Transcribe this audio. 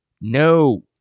no